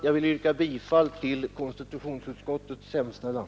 Jag vill yrka bifall till konstitutionsutskottets hemställan.